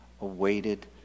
awaited